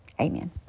Amen